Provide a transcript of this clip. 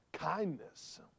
Kindness